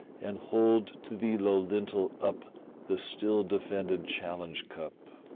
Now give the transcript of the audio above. and hold to the low lintel up the still-defended challenge-cup.